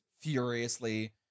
furiously